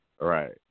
Right